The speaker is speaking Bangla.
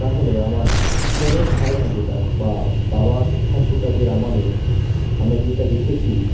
তাহলে আমার মনের ধারণা যেটা বা বাবা ঠাকুরদাদের আমলে আমরা যেটা দেখেছি